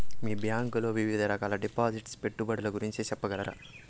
మీ bank లో వివిధ రకాల డిపాసిట్స్, పెట్టుబడుల గురించి సెప్పగలరా?